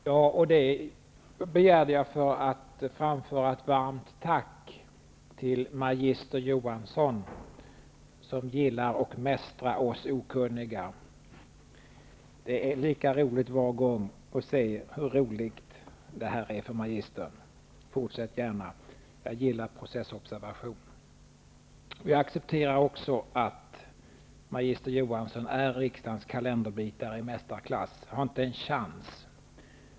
Herr talman! Jag begärde replik för att få framföra ett varmt tack till magister Johansson som gillar att mästra oss okunniga. Det är lika trevligt var gång att se hur roligt det här är för magistern. Fortsätt gärna! Jag gillar processobservation. Jag accepterar också att magister Johansson är riksdagens kalenderbitare i mästarklass. Jag har inte en chans mot honom.